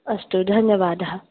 अस्तु धन्यवादः